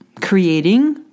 creating